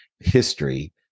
history